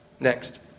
Next